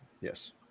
yes